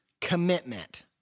commitment